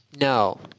No